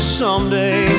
someday